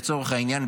לצורך העניין,